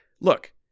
look